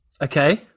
Okay